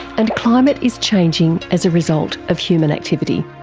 and climate is changing as a result of human activity.